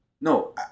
no